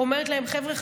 אומרת להם: חבר'ה,